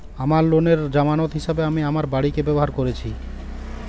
আমার লোনের জামানত হিসেবে আমি আমার বাড়িকে ব্যবহার করেছি